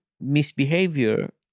misbehavior